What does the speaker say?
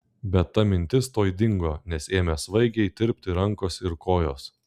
bet ta mintis tuoj dingo nes ėmė svaigiai tirpti rankos ir kojos